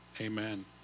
Amen